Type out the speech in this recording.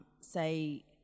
say